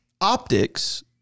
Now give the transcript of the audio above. optics